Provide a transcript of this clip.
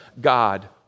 God